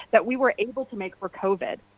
that we were able to make for covid.